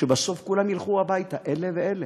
שבסוף כולם ילכו הביתה, אלה ואלה,